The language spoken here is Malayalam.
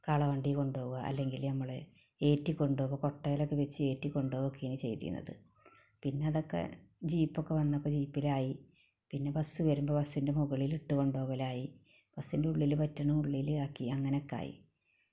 കാളവണ്ടി കൊണ്ടുപോകുക അല്ലെങ്കില് നമ്മൾ കയറ്റി കൊണ്ടുപോകുക കോട്ടയിലൊക്കെ വെച്ച് കയറ്റി കൊണ്ടുപോകുക ഒക്കെയാണ് ചെയ്തിരുന്നത് പിന്നെ അതൊക്കെ ജീപ്പൊക്കെ വന്നപ്പോൾ ജീപ്പിലായി പിന്നെ ബസ്സ് വരുമ്പോൾ ബസ്സിൻ്റെ മുകളിൽ ഇട്ട് കൊണ്ടുപോകലായി ബസ്സിൻ്റെ ഉള്ളില് പറ്റുന്നതൊക്കെ ഉളളിലാക്കി അങ്ങനെ ഒക്കെയായി